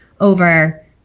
over